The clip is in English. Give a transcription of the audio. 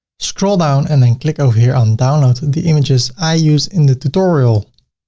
scroll down and then click over here on download the images i use in the tutorial.